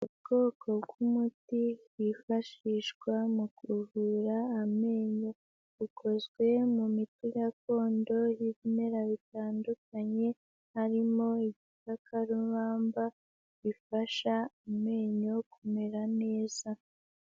Ubwoko bw'umuti wifashishwa mu kuvura amenyo, ukozwe mu miti gakondo y'ibimera bitandukanye, harimo ibikakarubamba bifasha amenyo kumera neza.